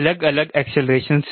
अलग अलग एक्सेलरेशन से